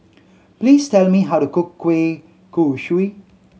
please tell me how to cook kueh kosui